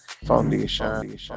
Foundation